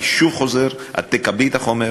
אני שוב חוזר: את תקבלי את החומר,